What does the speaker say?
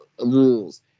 rules